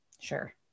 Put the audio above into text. Sure